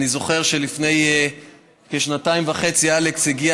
אני זוכר שלפני כשנתיים וחצי אלכס הגיע